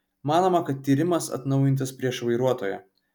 manoma kad tyrimas atnaujintas prieš vairuotoją